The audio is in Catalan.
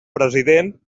president